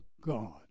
God